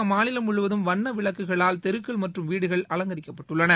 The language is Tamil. அம்மாநிலம் முழுவதும் வண்ணவிளக்குகளால் தெருக்கள் மற்றும் வீடுகள் அலங்கரிக்கப்பட்டுள்ளன